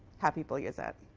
how people use it.